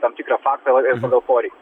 tam tikrą faktą ir pagal poreikį